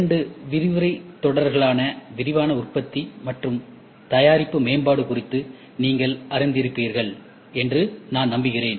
இரண்டு விரிவுரைத் தொடர்களான விரைவான உற்பத்தி மற்றும் தயாரிப்பு மேம்பாடு குறித்து நீங்கள் அறிந்தீர்ப்பீர்கள் என்று நான் நம்புகிறேன்